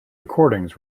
recordings